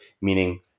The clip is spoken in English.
meaning